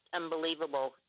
unbelievable